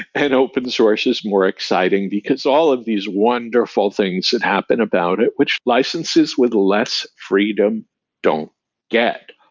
and open source is more exciting, because all of these wonderful things that happen about it, which licenses with less freedom don't get,